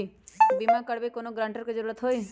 बिमा करबी कैउनो गारंटर की जरूरत होई?